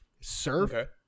surf